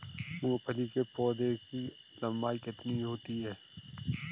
मूंगफली के पौधे की लंबाई कितनी होती है?